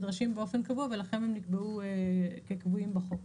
אלה דברים שנדרשים באופן קבוע ולכן הם נקבעו כקבועים בחוק.